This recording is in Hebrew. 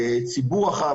ציבור רחב,